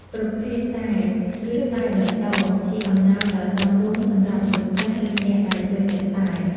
ប្រភេទតែ ឬតែបៃតងជាអំណោយដ៏សមរម្យសម្រាប់មនុស្សចាស់ឬអ្នកដែលចូលចិត្តតែ។